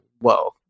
whoa